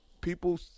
people